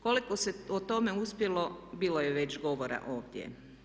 Koliko se u tome uspjelo bilo je već govora ovdje.